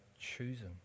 choosing